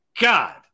God